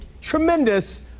tremendous